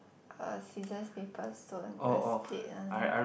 uh scissors paper stone the split one